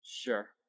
Sure